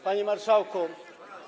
Panie Marszałku!